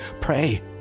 pray